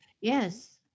yes